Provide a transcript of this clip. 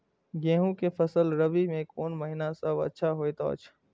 गेहूँ के फसल रबि मे कोन महिना सब अच्छा होयत अछि?